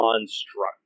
construct